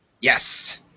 Yes